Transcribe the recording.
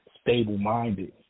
stable-minded